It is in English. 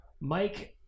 Mike